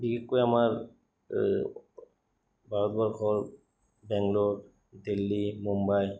বিশেষকৈ আমাৰ ভাৰতবৰ্ষৰ বেংলোৰ দিল্লী মুম্বাই